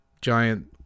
giant